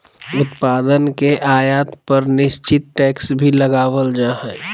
उत्पाद के आयात पर निश्चित टैक्स भी लगावल जा हय